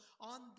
on